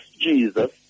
Jesus